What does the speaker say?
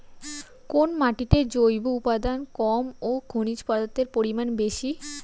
কোন মাটিতে জৈব উপাদান কম ও খনিজ পদার্থের পরিমাণ বেশি?